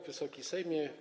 Wysoki Sejmie!